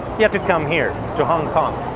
he had to come here to hong kong.